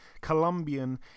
Colombian